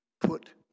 put